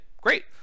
great